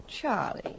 Charlie